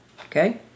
Okay